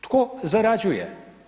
Tko zarađuje?